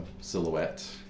silhouette